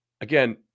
again